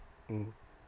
mmhmm